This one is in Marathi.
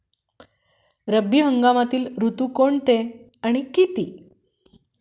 रब्बी हंगामातील ऋतू कोणते आणि किती?